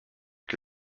que